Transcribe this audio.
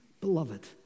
beloved